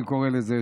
אני קורא לזה,